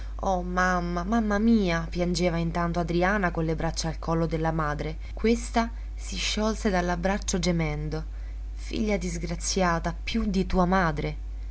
oh mamma mamma mia piangeva intanto adriana con le braccia al collo della madre questa si sciolse dall'abbraccio gemendo figlia disgraziata più di tua madre